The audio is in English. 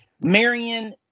Marion